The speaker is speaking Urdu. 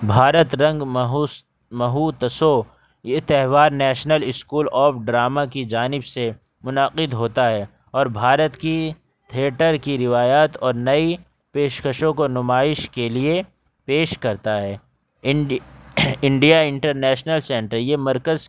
بھارت رنگ مہوتسو یہ تہوار نیشنل اسکول آف ڈراما کی جانب سے منعقد ہوتا ہے اور بھارت کی تھیٹر کی روایات اور نئی پیشکشوں کو نمائش کے لیے پیش کرتا ہے انڈی انڈیا انٹرنیشنل سینٹر یہ مرکز